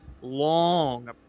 long